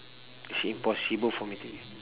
it's impossible for me to ge~